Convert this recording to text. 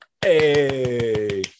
hey